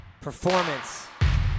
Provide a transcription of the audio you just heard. Performance